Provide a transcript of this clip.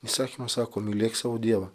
įsakymas sako mylėk savo dievą